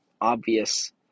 obvious